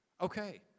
Okay